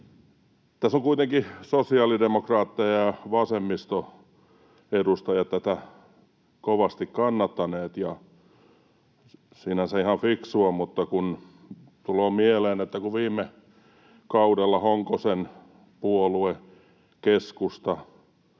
Tässä ovat kuitenkin sosiaalidemokraatit ja vasemmiston edustaja tätä kovasti kannattaneet, ja sinänsä ihan fiksua, mutta kun tulee mieleen, että kun viime kaudella Honkosen puolue keskusta